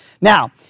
Now